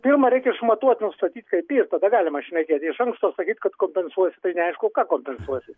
pirma reik išmatuot nustatyt kaip yra tada galima šnekėt jei iš anksto sakyt kad kompensuosi tai neaišku ką kompensuosi